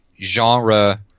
genre